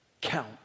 count